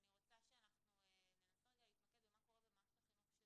אני רוצה שאנחנו ננסה רגע להתמקד במה קורה במערכת החינוך,